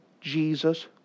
Jesus